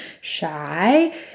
shy